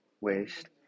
waste